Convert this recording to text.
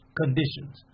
conditions